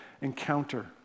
encounter